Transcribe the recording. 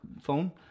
phone